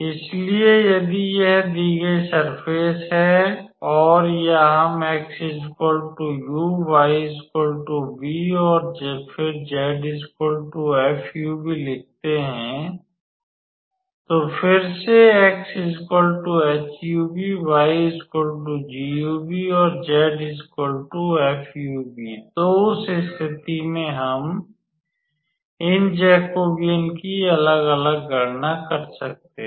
इसलिए यदि यह दी गई सर्फ़ेस है या हम 𝑥 𝑢 𝑦 𝑣 और फिर 𝑧 𝑓𝑢𝑣 लिखते हैं तो फिर से 𝑥 ℎ𝑢𝑣 𝑦 𝑔𝑢𝑣 और 𝑧 𝑓𝑢𝑣 तो उस स्थिति में हम इन जैकोबियन की अलग गणना कर सकते हैं